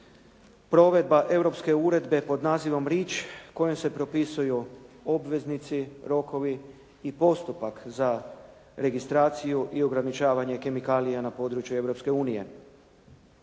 provedba europske uredbe pod nazivom Rich kojom se propisuju obveznici, rokovi i postupak za registraciju i ograničavanje kemikalija na području